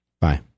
Bye